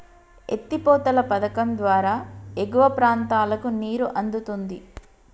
ఎత్తి పోతల పధకం ద్వారా ఎగువ ప్రాంతాలకు నీరు అందుతుంది